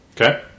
Okay